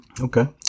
okay